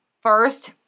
first